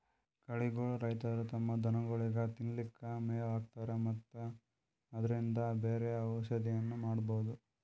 ಕಳಿಗೋಳ್ ರೈತರ್ ತಮ್ಮ್ ದನಗೋಳಿಗ್ ತಿನ್ಲಿಕ್ಕ್ ಮೆವ್ ಹಾಕ್ತರ್ ಮತ್ತ್ ಅದ್ರಿನ್ದ್ ಏನರೆ ಔಷದ್ನು ಮಾಡ್ಬಹುದ್